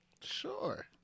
Sure